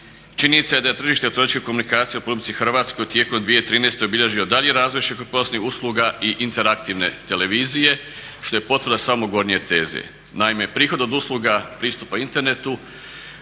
Činjenica je da je tržište elektroničkih komunikacija u RH u tijeku 2013. obilježio daljnji razvoj širokopojasnih usluga i interaktivne televizije što je potvrda samo gornje teze. Naime, prihod od usluga pristupa internetu